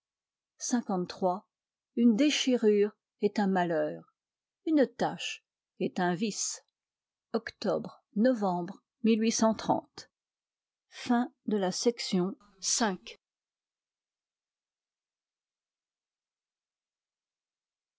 une déchirure est un malheur une tache est un vice octobre novembre